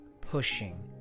pushing